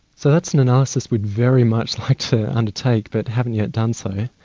so that's an analysis we'd very much like to undertake but haven't yet done so.